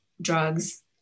drugs